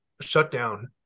shutdown